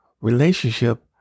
relationship